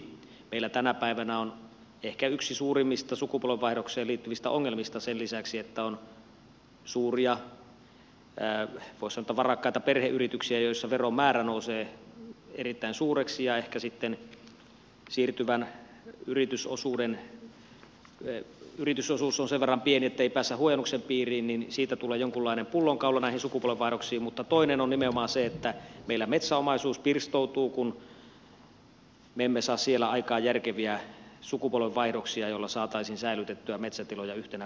meillä tänä päivänä ehkä yksi suurimmista sukupolvenvaihdokseen liittyvistä ongelmista sen lisäksi että on suuria voisi sanoa varakkaita perheyrityksiä joissa veron määrä nousee erittäin suureksi ja ehkä sitten siirtyvä yritysosuus on sen verran pieni ettei päästä huojennuksen piiriin jolloin siitä tulee jonkunlainen pullonkaula näihin sukupolvenvaihdoksiin on nimenomaan se että meillä metsäomaisuus pirstoutuu kun me emme saa siellä aikaan järkeviä sukupolvenvaihdoksia joilla saataisiin säilytettyä metsätiloja yhtenä kokonaisuutena